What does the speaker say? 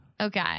Okay